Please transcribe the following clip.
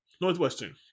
Northwestern